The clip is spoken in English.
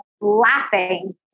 laughing